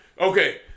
Okay